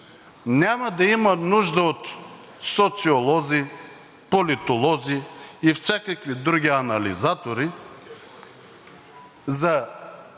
няма да има нужда от социолози, политолози и всякакви други анализатори за